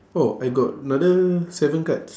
oh I got another seven cards